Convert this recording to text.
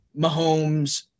Mahomes